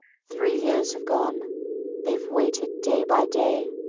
three years have gone they've waited day by day.